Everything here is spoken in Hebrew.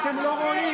אתם לא רואים.